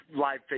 live